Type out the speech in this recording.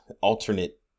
alternate